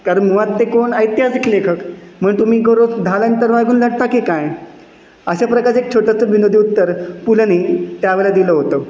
कारण मुळात ते कोण ऐतिहासिक लेखक म्हणून तुम्ही दररोज ढाल आणि तलवार घेऊन लढता की काय अशा प्रकारचं एक छोटंसं विनोदी उत्तर पुलंनी त्यावेळेला दिलं होतं